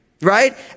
Right